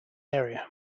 area